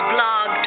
Blog